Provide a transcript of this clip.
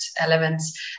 elements